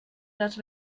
les